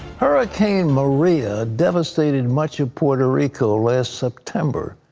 hurricane maria devastated much of puerto rico last september.